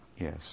yes